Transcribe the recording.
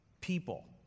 people